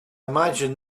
imagine